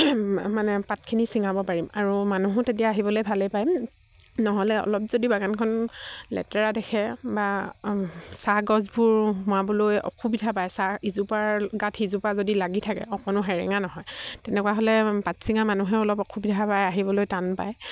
মানে পাতখিনি চিঙাব পাৰিম আৰু মানুহো তেতিয়া আহিবলৈ ভালেই পায় নহ'লে অলপ যদি বাগানখন লেতেৰা দেখে বা চাহ গছবোৰ সোমাবলৈ অসুবিধা পায় চাহ ইজোপাৰ গাত সিজোপা যদি লাগি থাকে অকণো সেৰেঙা নহয় তেনেকুৱা হ'লে পাত চিঙা মানুহেও অলপ অসুবিধা পায় আহিবলৈ টান পায়